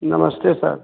नमस्ते सर